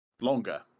longer